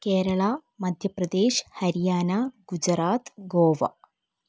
Keralam Madhya Pradesh Haryana Gujarat Goa